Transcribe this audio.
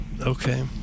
Okay